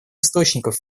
источников